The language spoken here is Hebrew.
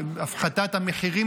הפחתת המחירים,